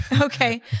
okay